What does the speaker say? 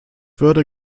würde